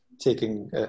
taking